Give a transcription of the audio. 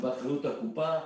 הוא באחריות הקופה.